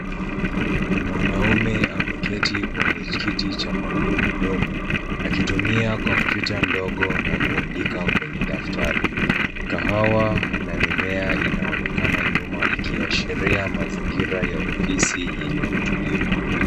Mwanamme ameketi kwenye kiti cha magurudumu akitumia kompyuta ndogo na kuandika kwenye daftari. Kahawa na mimea inaonekana nyuma ikiashiria mazingira ya ofisi yenye utulivu.